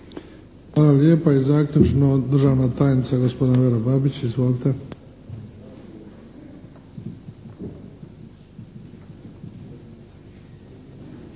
Hvala lijepa. I zaključno, državna tajnica gospođa Vera Babić. Izvolite!